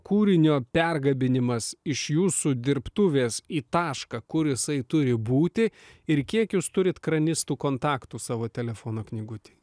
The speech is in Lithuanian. kūrinio pergabenimas iš jūsų dirbtuvės į tašką kur jisai turi būti ir kiek jūs turit kranistų kontaktų savo telefono knygutėj